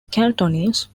cantonese